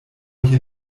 hier